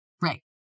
Right